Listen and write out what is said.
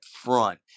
front